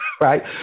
Right